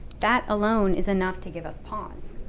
that alone is enough to give us pause,